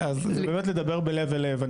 אז זה באמת מלב אל לב.